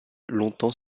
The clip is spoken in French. longtemps